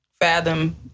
fathom